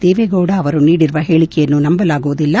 ದೇವೇಗೌಡ ಅವರು ನೀಡಿರುವ ಹೇಳಿಕೆಯನ್ನು ನಂಬಲಾಗುವುದಿಲ್ಲ